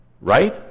Right